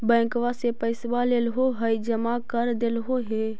बैंकवा से पैसवा लेलहो है जमा कर देलहो हे?